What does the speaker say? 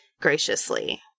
graciously